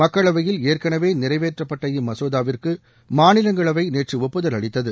மக்களவையில் ஏற்கனவே நிறைவேற்றப்பட்ட இம்மசோதாவிற்கு மாநிலங்களவை நேற்று ஒப்புதல் அளித்தது